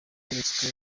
yeretswe